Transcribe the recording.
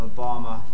Obama